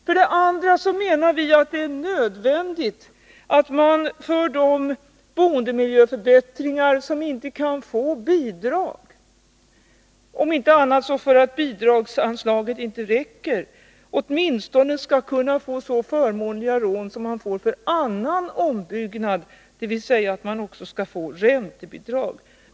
För det andra menar vi att det är nödvändigt att man för de boendemiljöförbättringar som inte kan få bidrag — om inte annat så för att bidragsanslaget inte räcker — åtminstone skall kunna få lika förmånliga lån som man får till annan ombyggnad, dvs. att man också skall få räntebidrag.